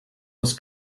was